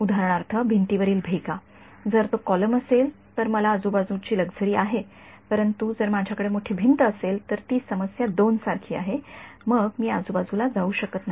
उदाहरणार्थ भिंतीवरील भेगा जर तो कॉलम असेल तर मला आजूबाजूची लक्झरी आहे परंतु जर माझ्याकडे मोठी भिंत असेल तर ती समस्या २ सारखी आहे मग मी आजूबाजूला जाऊ शकत नाही